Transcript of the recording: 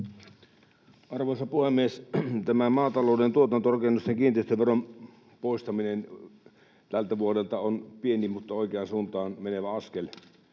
Arvoisa puhemies! Tämä maatalouden tuotantorakennusten kiinteistöveron poistaminen tältä vuodelta on pieni mutta oikeaan suuntaan menevä askel.